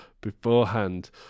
beforehand